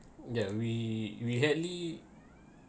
yeah we we hardly